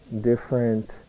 different